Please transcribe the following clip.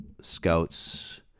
Scout's